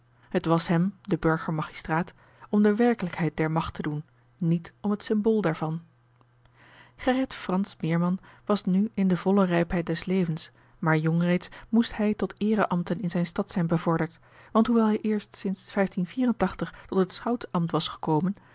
het was hem den burger magistraat om de werkelijkheid der macht te doen niet om het symbool daarvan gerrit fransz meerman was nu in de volle rijpheid des levens maar jong reeds moest hij tot eereambten in zijne stad zijn bevorderd want hoewel hij eerst sinds tot het schoutsambt was gekomen